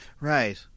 Right